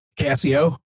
Casio